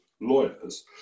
lawyers